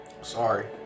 Sorry